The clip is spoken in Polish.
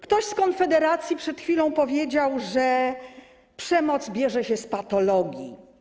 Ktoś z Konfederacji przed chwilą powiedział, że przemoc bierze się z patologii.